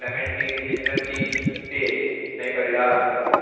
lemon tea ginger tea इति अनेकविधाः सन्ति